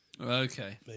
Okay